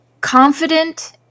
confident